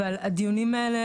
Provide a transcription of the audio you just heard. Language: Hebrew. אבל הדיונים האלה,